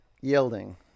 yielding